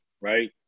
right